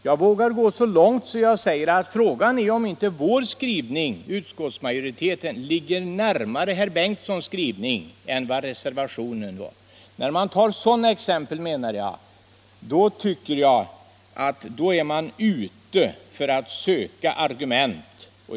Jag vågar gå så långt att jag undrar om inte vår skrivning ligger närmare statsrådet Bengtssons skrivning än reservationen gör. När man tar sådana exempel, då är man ute för att ”söka” argument.